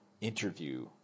interview